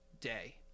day